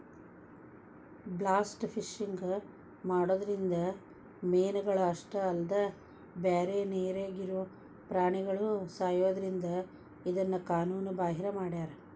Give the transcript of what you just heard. blast fishing ಮಾಡೋದ್ರಿಂದ ಮೇನಗಳ ಅಷ್ಟ ಅಲ್ಲದ ಬ್ಯಾರೆ ನೇರಾಗಿರೋ ಪ್ರಾಣಿಗಳು ಸಾಯೋದ್ರಿಂದ ಇದನ್ನ ಕಾನೂನು ಬಾಹಿರ ಮಾಡ್ಯಾರ